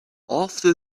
after